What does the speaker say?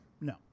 no